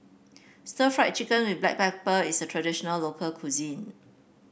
Stir Fried Chicken with Black Pepper is a traditional local cuisine